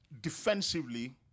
defensively